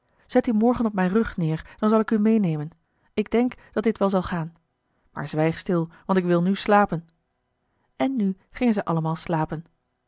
zet u morgen op mijn rug neer dan zal ik u meenemen ik denk dat dit wel zal gaan maar zwijg stil want ik wil nu slapen en nu gingen zij allemaal slapen